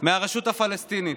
מהרשות הפלסטינית.